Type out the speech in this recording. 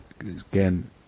again